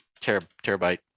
terabyte